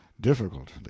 difficult